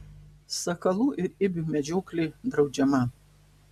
sakalų ir ibių medžioklė draudžiama